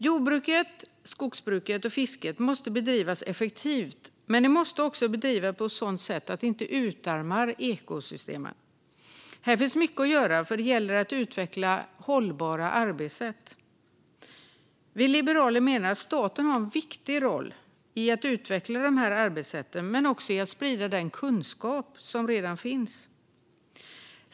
Jordbruket, skogsbruket och fisket måste bedrivas effektivt, men det måste också bedrivas på ett sådant sätt att det inte utarmar ekosystemen. Här finns mycket mer att göra, för det gäller att utveckla hållbara arbetssätt. Vi liberaler menar att staten har en viktig roll i att utveckla de här arbetssätten men också i att sprida den kunskap som redan finns.